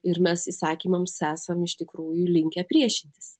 ir mes įsakymams esam iš tikrųjų linkę priešintis